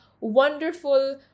wonderful